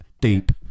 Deep